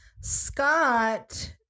Scott